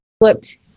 looked